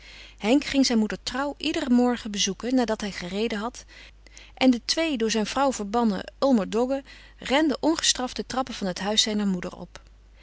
henk ging zijn moeder trouw iederen morgen bezoeken nadat hij gereden had en de twee door zijn vrouw verbannen ulmerdoggen renden ongestraft de trappen van het huis zijner moeder op